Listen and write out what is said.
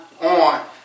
on